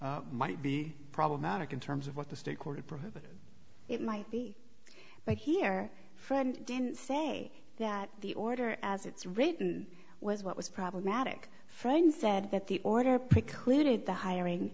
might be problematic in terms of what the state court prohibited it might be but here friend didn't say that the order as it's written was what was problematic friend said that the order pick who did the hiring